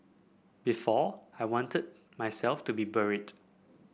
before I wanted myself to be buried